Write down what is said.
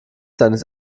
seines